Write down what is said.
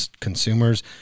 consumers